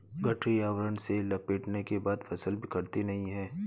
गठरी आवरण से लपेटने के बाद फसल बिखरती नहीं है